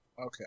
Okay